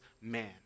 man